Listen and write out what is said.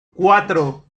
cuatro